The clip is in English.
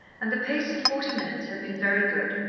and the pace for forty minutes had been very good.